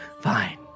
Fine